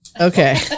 Okay